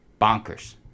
bonkers